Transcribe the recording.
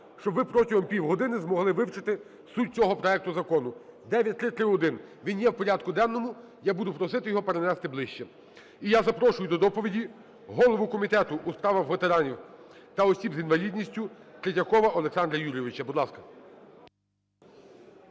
щоб ви протягом півгодини змогли вивчити суть цього проекту Закону. 9331, він є в порядку денному, я буду просити його перенести ближче. І я запрошую до доповіді голову Комітету у справах ветеранів та осіб з інвалідністю Третьякова Олександра Юрійовича. Будь ласка.